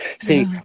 See